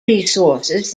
resources